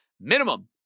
Minimum